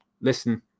listen